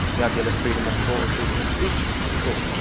the ideal of freedom of thought and freedom of speech, of of course,